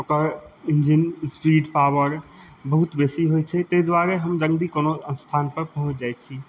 ओकर engine speed power बहुत बेसी होइ छै ताहि दुआरे हम जल्दी कोनो स्थान पर पहुँच जाइ छी